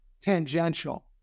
tangential